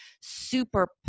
super